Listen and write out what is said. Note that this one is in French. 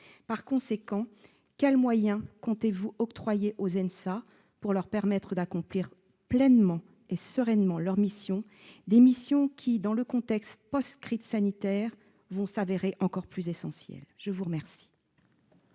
Par conséquent, quels moyens comptez-vous octroyer aux ENSA pour leur permettre d'accomplir pleinement et sereinement leurs missions, lesquelles, dans le contexte crise sanitaire, vont s'avérer encore plus essentielles ? La parole